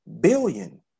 billion